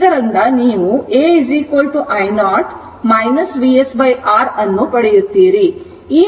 ಇದರಿಂದ ನೀವು a i0 VsR ಅನ್ನು ಪಡೆಯುತ್ತೀರಿ